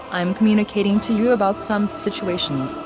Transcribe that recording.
i am communicating to you about some situations,